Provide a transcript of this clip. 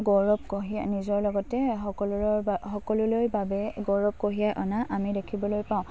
গৌৰৱ কঢ়িয়াই নিজৰ লগতে সকলোলৈ সকলোলৈ বাবে গৌৰৱ কঢ়িয়াই অনা আমি দেখিবলৈ পাওঁ